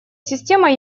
система